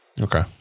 okay